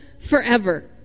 forever